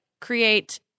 create